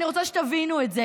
אני רוצה שתבינו את זה,